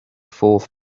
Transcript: fourth